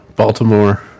Baltimore